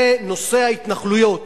זה נושא ההתנחלויות,